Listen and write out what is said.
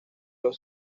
los